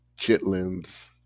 chitlins